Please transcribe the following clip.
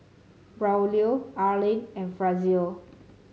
Braulio Arlyn and Frazier